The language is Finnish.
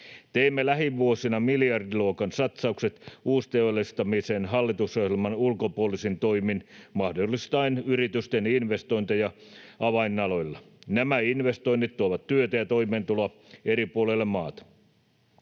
Teemme lähivuosina miljardiluokan satsaukset uusteol-listamiseen hallitusohjelman ulkopuolisin toimin mahdollistaen yritysten investointeja avainaloilla. Nämä investoinnit tuovat työtä ja toimeentuloa eri puolille maata.